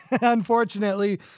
unfortunately